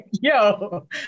Yo